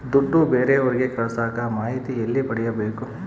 ದುಡ್ಡು ಬೇರೆಯವರಿಗೆ ಕಳಸಾಕ ಮಾಹಿತಿ ಎಲ್ಲಿ ಪಡೆಯಬೇಕು?